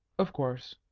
of course.